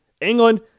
England